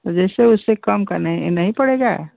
जैसे उससे कम का नहीं नहीं पड़ेगा